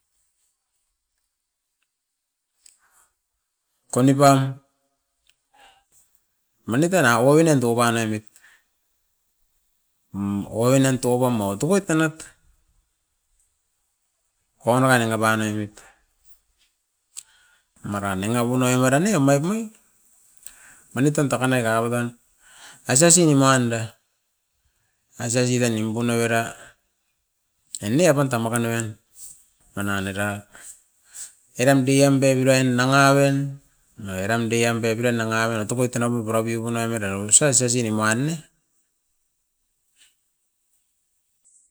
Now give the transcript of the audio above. Konipam manit ena oinon doko panoimit, mm oinon toupam o tokoit tanat kua nanga danga panoimit. Maran nanga puroi omara ne, omait ne manit tan taka noi kakapu tan ais ais inimuan da, ais ais era nimpun avera en ne apanda makanoven manan era. Eram day an pep uruain nanga ven, nanga eran diam pep oira nanga apan a tupoit tan amain a pura piupun avera osa sesin nimuan ne.